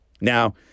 Now